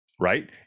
Right